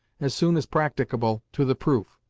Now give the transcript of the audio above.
as soon as practicable, to the proof.